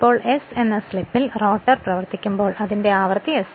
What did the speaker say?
ഇപ്പോൾ s എന്ന സ്ലിപ്പിൽ റോട്ടർ പ്രവർത്തിക്കുമ്പോൾ അതിന്റെ ആവൃത്തി sf ആണ്